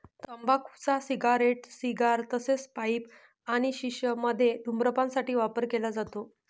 तंबाखूचा cigarette, cigar तसेच pipe आणि शिश मध्ये धूम्रपान साठी वापर केला जातो